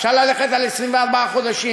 אפשר ללכת על 24 חודשים.